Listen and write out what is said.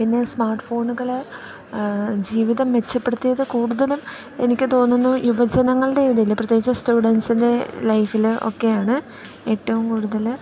പിന്നെ സ്മാർട്ട്ഫോണുകൾ ജീവിതം മെച്ചപ്പെടുത്തിയത് കൂടുതലും എനിക്ക് തോന്നുന്നു യുവജനങ്ങളുടെ ഇടയിൽ പ്രത്യേകിച്ച് സ്റ്റുഡൻസിൻ്റെ ലൈഫിൽ ഒക്കെയാണ് ഏറ്റവും കൂടുതൽ